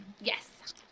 Yes